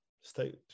state